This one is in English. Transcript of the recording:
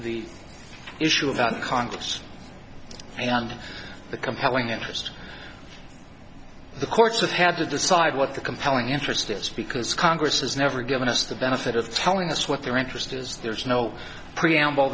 issue about congress and the compelling interest the courts have had to decide what the compelling interest is because congress has never given us the benefit of telling us what their interest is there's no preamble